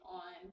on